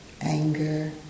anger